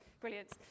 Brilliant